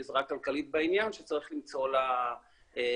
עזרה כלכלית בעניין שצריך למצוא לה סידור.